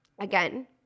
again